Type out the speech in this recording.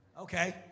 Okay